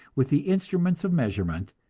with the instruments of measurement,